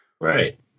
Right